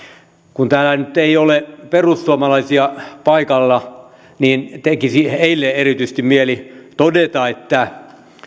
kun täällä nyt ei ole perussuomalaisia paikalla niin tekisi heille erityisesti mieli todeta että